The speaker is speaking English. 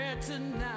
tonight